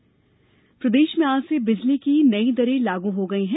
बिजली दर प्रदेश में आज से बिजली की नई दरें लागू हो गई हैं